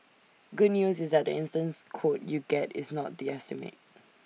good news is that the instant quote you get is not the estimate